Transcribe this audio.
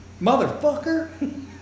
Motherfucker